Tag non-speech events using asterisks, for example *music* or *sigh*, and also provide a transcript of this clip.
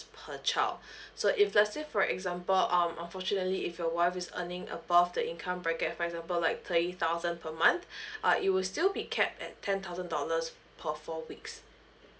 per child *breath* so if let's say for example um unfortunately if your wife is earning above the income bracket for example like twenty thousand per month *breath* uh it will still be cap at ten thousand dollars per four weeks